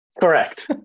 Correct